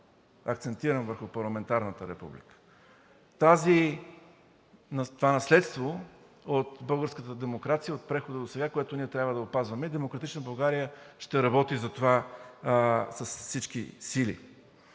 акцентирам върху парламентарната република, е това наследство от българската демокрация, от прехода досега, което ние трябва да опазваме, и „Демократична България“ ще работи за това с всички сили.